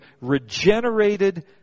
regenerated